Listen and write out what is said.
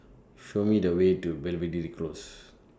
Show Me The Way to Belvedere Close